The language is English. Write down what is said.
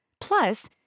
Plus